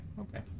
okay